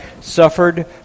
suffered